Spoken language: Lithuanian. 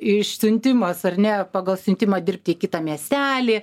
išsiuntimas ar ne pagal siuntimą dirbti į kitą miestelį